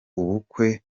ubukwe